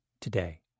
today